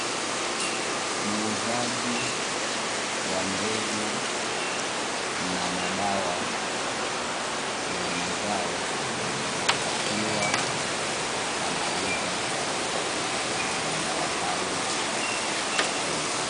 Muuzaji wa mbegu na madawa ya mazao akiwa anauza madawa hayo katika duka lake.